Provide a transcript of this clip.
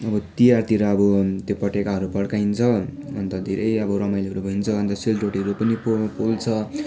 अब तिहारतिर अब त्यो पटेकाहरू पड्काइन्छ अन्त धेरै अब रमाइलोहरू गरिन्छ अन्त सेलरोटीहरू पनि पो पोल्छ